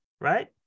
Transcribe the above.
right